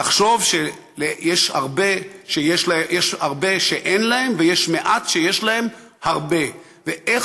לחשוב שיש הרבה שאין להם ויש מעט שיש להם הרבה ואיך